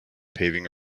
paving